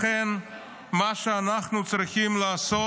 לכן מה שאנחנו צריכים לעשות: